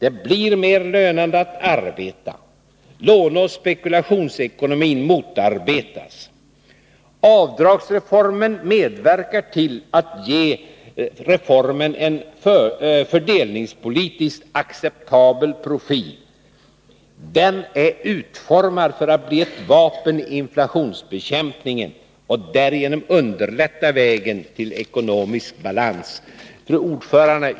Det blir mer lönande att arbeta, låneoch spekulationsekonomin motarbetas, avdragsreformen medverkar till att ge reformen en fördelningspolitiskt acceptabel profil. Den är utformad för att bli ett vapen i inflationsbekämpningen och därigenom underlätta vägen till ekonomisk balans. Fru talman!